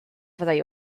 fyddai